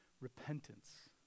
repentance